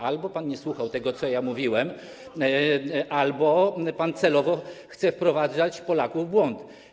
Albo pan nie słuchał tego, o czym mówiłem, albo pan celowo chce wprowadzać Polaków w błąd.